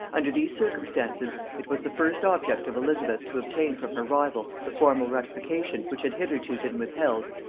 under these circumstances, it was the first object of elizabeth to obtain from her rival the formal ratification, which had hitherto been withheld,